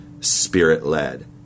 spirit-led